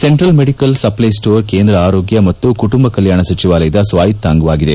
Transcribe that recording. central medical supply store ಕೇಂದ್ರ ಆರೋಗ್ಯ ಮತ್ತು ಕುಟುಂಬ ಕಲ್ಕಾಣ ಸಚಿವಾಲಯದ ಸ್ವಾಯತ್ತ ಅಂಗವಾಗಿದೆ